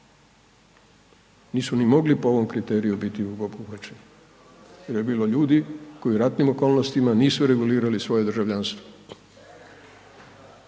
Nisu ni mogli po ovom kriteriju biti obuhvaćeni jer je bilo ljudi koji u ratnim okolnostima nisu regulirali svoje državljanstvo